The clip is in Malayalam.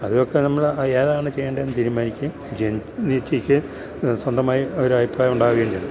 അതൊക്കെ നമ്മള് ഏതാണ് ചെയ്യേണ്ടതെന്നു തിരുമാനിക്കുകയും സ്വന്തമായി ഒരഭിപ്രായം ഉണ്ടാകേണ്ടത്